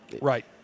right